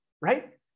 Right